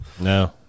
no